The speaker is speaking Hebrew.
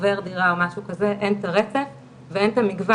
עובר דירה או משהו כזה אין את הרצף ואין את המגוון